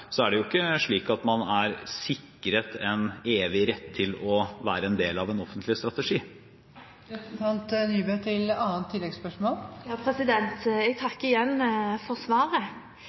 er man ikke sikret en evig rett til å være en del av en offentlig strategi. Jeg takker igjen for svaret. Dysleksi representerer for mange en alvorlig hindring i hverdagen. Det gjelder kanskje særlig mennesker med dysleksi som gikk på skolen for